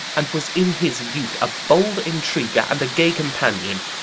and was in his youth a bold intriguer, and a gay companion!